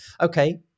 okay